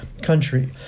Country